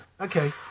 Okay